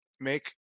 make